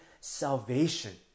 salvation